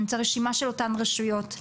אני רוצה רשימה של אותן רשויות.